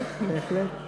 כן, בהחלט.